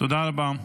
תודה רבה.